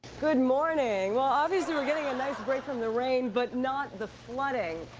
good morning. well, obviously we're getting a nice break from the rain, but not the flooding.